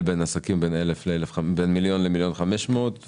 בין עסקים בין מיליון שקל ל-1.5 מיליון שקל?